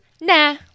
nah